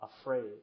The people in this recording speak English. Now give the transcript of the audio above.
afraid